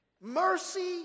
Mercy